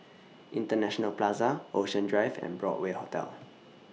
International Plaza Ocean Drive and Broadway Hotel